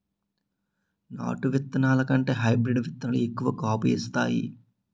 నాటు ఇత్తనాల కంటే హైబ్రీడ్ ఇత్తనాలు ఎక్కువ కాపు ఇత్తాయి